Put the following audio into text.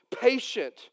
patient